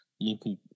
local